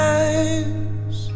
eyes